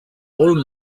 all